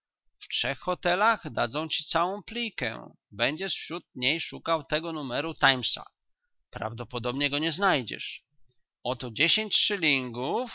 w trzech hotelach dadzą ci całą plikę będziesz wśród niej szukał tego numeru timesa prawdopodobnie go nie znajdziesz oto dziesięć